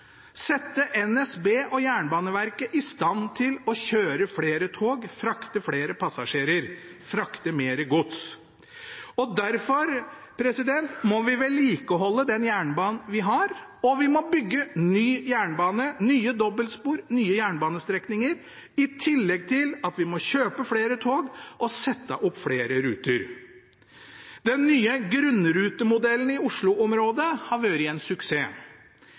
sette NSB og Jernbaneverket i stand til å kjøre flere tog, frakte flere passasjerer, frakte mer gods. Derfor må vi vedlikeholde den jernbanen vi har, og vi må bygge ny jernbane, nye dobbeltspor, nye jernbanestrekninger, i tillegg til at vi må kjøpe flere tog og sette opp flere ruter. Den nye grunnrutemodellen i Oslo-området har vært en suksess.